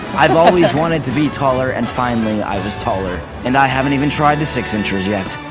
i've always wanted to be taller, and finally i was taller. and i haven't even tried the six inchers yet.